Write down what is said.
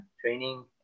training